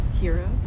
heroes